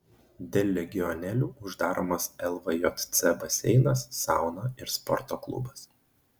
dėl legionelių uždaromas lvjc baseinas sauna ir sporto klubas